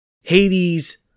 Hades